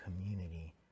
community